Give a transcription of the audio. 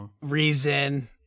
Reason